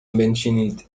بنشینید